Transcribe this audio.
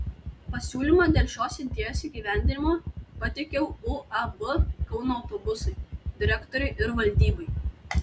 pasiūlymą dėl šios idėjos įgyvendinimo pateikiau uab kauno autobusai direktoriui ir valdybai